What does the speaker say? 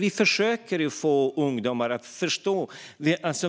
Vi försöker ju få ungdomar att förstå